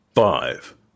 Five